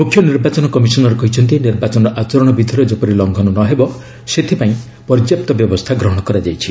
ମୁଖ୍ୟ ନିର୍ବାଚନ କମିଶନର୍ କହିଛନ୍ତି ନିର୍ବାଚନ ଆଚରଣ ବିଧିର ଯେପରି ଲଙ୍ଘନ ନ ହେବ ସେଥିପାଇଁ ପର୍ଯ୍ୟାପ୍ତ ବ୍ୟବସ୍ଥା ଗ୍ରହଣ କରାଯାଇଛି